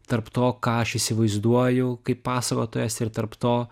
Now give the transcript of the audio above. tarp to ką aš įsivaizduoju kaip pasakotojas ir tarp to